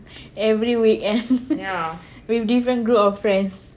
every weekend with different group of friends